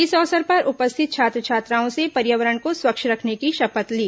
इस अवसर पर उपस्थित छात्र छात्राओं से पर्यावरण को स्वच्छ रखने की शपथ ली